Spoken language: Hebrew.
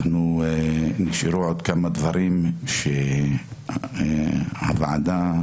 נשארו עוד כמה דברים שהיועצת המשפטית לוועדה,